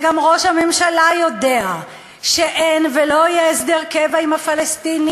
גם ראש הממשלה יודע שאין ולא יהיה הסדר קבע עם הפלסטינים,